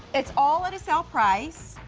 it's all at a sale price.